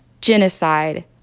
Genocide